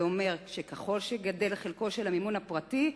זה אומר שככל שגדל חלקו של המימון הפרטי,